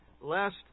lest